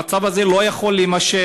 המצב הזה לא יכול להימשך,